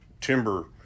timber